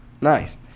Nice